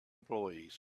employees